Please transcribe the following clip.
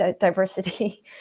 diversity